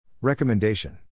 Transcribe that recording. Recommendation